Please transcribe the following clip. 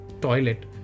toilet